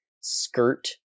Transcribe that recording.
skirt